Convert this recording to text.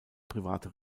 private